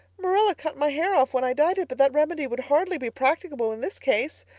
marilla cut my hair off when i dyed it but that remedy would hardly be practicable in this case.